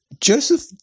Joseph